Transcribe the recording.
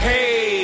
Hey